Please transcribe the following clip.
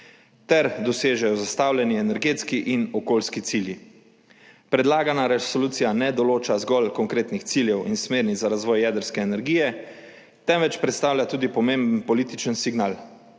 ter dosežejo zastavljeni energetski in okoljski cilji. Predlagana resolucija ne določa zgolj konkretnih ciljev in smernic za razvoj jedrske energije, temveč predstavlja tudi pomemben političen signal.